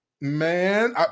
Man